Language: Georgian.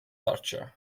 დარჩა